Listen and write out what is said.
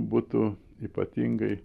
būtų ypatingai